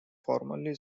formerly